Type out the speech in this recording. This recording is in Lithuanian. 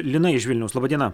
lina iš vilniaus laba diena